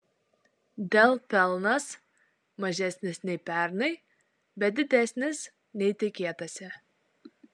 dell pelnas mažesnis nei pernai bet didesnis nei tikėtasi